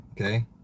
okay